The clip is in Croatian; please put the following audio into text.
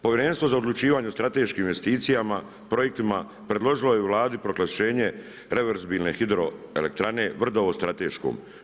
Povjerenstvo za odlučivanje o strateškim investicijama, projektima predložilo je Vladi proglašene reverzibilne hidroelektrane Vrdovo strateškom.